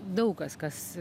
daug kas kas